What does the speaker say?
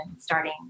starting